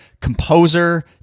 composer